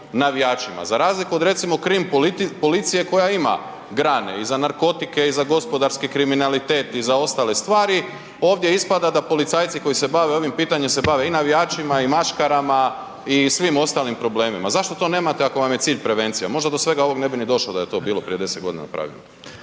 navijačima za razliku od recimo krimpolicije koja ima grane i za narkotike, i za gospodarski kriminalitet, i za ostale stvari. Ovdje ispada da policajci koji se bave ovim pitanjem se bave i navijačima, i maškarama, i svim ostalim problemima. Zašto to nemate ako vam je cilj prevencija? Možda do svega ovoga ne bi ni došlo da je to bilo prije 10 godina napravljeno?